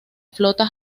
flota